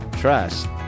Trust